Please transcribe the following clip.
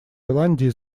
ирландии